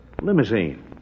Limousine